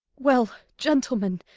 well, gentlemen,